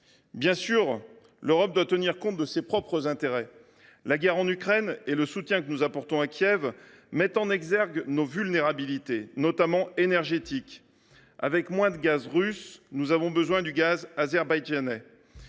Bien sûr, l’Europe doit tenir compte de ses propres intérêts. La guerre en Ukraine et le soutien que nous apportons à Kiev mettent en exergue nos vulnérabilités, notamment énergétiques. Avec moins de gaz russe, nous avons besoin du gaz azerbaïdjanais,